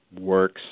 works